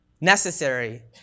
necessary